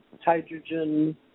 hydrogen